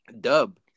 dub